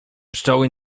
pszczoły